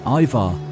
Ivar